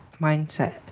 mindset